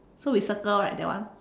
so we circle right that one